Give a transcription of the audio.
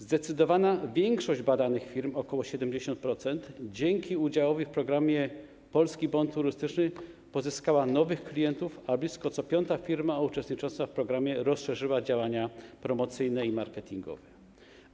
Zdecydowana większość badanych firm, ok. 70%, dzięki udziałowi w programie Polski Bon Turystyczny pozyskała nowych klientów, a blisko co piąta firma uczestnicząca w programie rozszerzyła działania promocyjne i marketingowe.